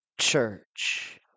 church